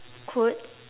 could